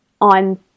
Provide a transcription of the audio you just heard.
on